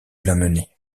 lamennais